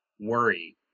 worry